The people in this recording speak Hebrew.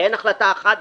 אין החלטה אחת.